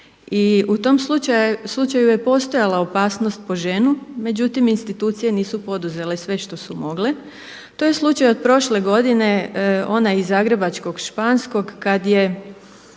u tom slučaju je postojala opasnost po ženu, međutim institucije nisu poduzele sve što su mogle. To je slučaj od prošle godine onaj iz zagrebačkog Španskog kada je